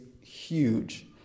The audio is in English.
huge